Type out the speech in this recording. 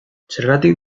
zergatik